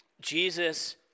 Jesus